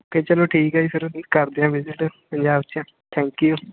ਅਤੇ ਚਲੋ ਠੀਕ ਹੈ ਜੀ ਫਿਰ ਵੀ ਕਰਦੇ ਹਾਂ ਵਿਜਿਟ ਪੰਜਾਬ 'ਚ ਥੈਂਕ ਯੂ